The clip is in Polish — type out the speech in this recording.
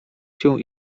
się